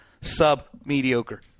sub-mediocre